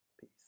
peace